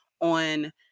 on